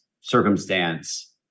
circumstance